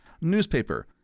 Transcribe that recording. newspaper